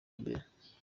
mbere